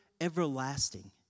everlasting